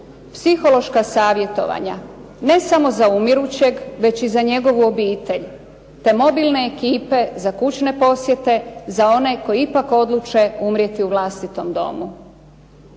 Psihološka savjetovanja ne samo za umirućeg već i za njegovu obitelj, te mobilne ekipe za kućne posjete, za one koji ipak odluče umrijeti u vlastitom domu.